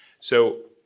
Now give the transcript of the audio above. so,